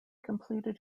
completed